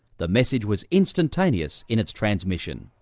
the message was instantaneous in its transmission.